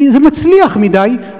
זה מצליח מדי,